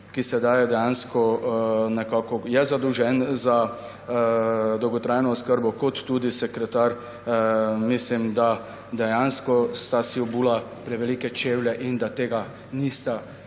ki je sedaj dejansko nekako zadolžen za dolgotrajno oskrbo, kot tudi sekretar, mislim, da sta si dejansko obula prevelike čevlje in da tega nista